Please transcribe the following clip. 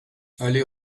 aller